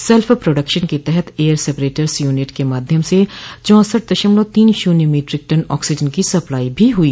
self production के तहत air separators units के माध्यम से चौसठ दशमलव तीन शून्य मीट्रिक टन ऑक्सीन की सप्लाई भी हुई